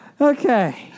Okay